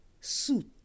suit